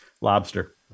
Lobster